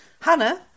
hannah